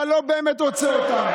אתה לא באמת רוצה אותם.